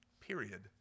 Period